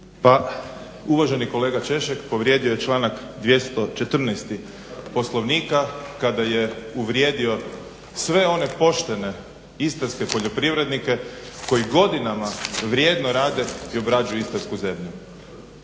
Pa uvaženi kolega Češek povrijedio je članak 214. Poslovnika kada je uvrijedio sve one poštene istarske poljoprivrednike koji godinama vrijedno rade i obrađuju istarsku zemlju.